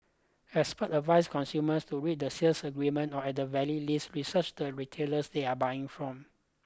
experts advise consumers to read the sales agreements or at the very least research the retailers they are buying from